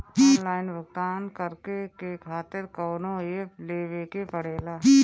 Online भुगतान करके के खातिर कौनो ऐप लेवेके पड़ेला?